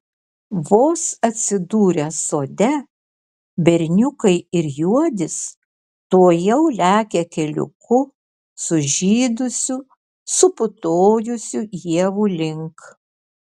vos atsidūrę sode berniukai ir juodis tuojau lekia keliuku sužydusių suputojusių ievų link